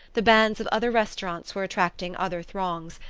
the bands of other restaurants were attracting other throngs,